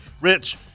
Rich